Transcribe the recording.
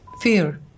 Fear